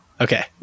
Okay